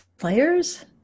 players